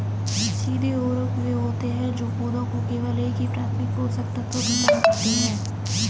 सीधे उर्वरक वे होते हैं जो पौधों को केवल एक प्राथमिक पोषक तत्व प्रदान करते हैं